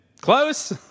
close